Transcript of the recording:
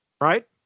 right